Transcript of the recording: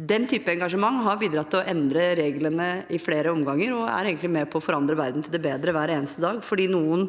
Den typen engasjement har bidratt til å endre reglene i flere omganger, og er egentlig med på å forandre verden til det bedre hver eneste dag – fordi noen